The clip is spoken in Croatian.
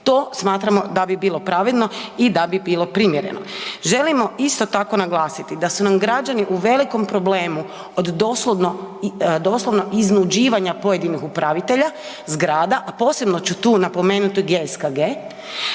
To smatramo da bi bilo pravilno i da bi bilo primjereno. Želimo isto tako naglasiti da su nam građani u velikom problemu od doslovno iznuđivanja pojedinih upravitelja zgrada, a posebno ću tu napomenuti GSKG